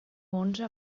onze